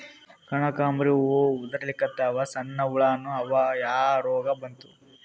ಕನಕಾಂಬ್ರಿ ಹೂ ಉದ್ರಲಿಕತ್ತಾವ, ಸಣ್ಣ ಹುಳಾನೂ ಅವಾ, ಯಾ ರೋಗಾ ಬಂತು?